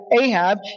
Ahab